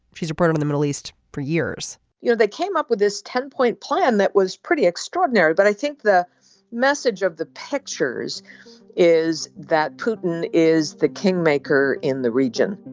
she's a partner in the middle east for years you know they came up with this ten point plan that was pretty extraordinary. but i think the message of the pictures is that putin is the kingmaker in the region